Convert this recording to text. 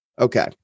Okay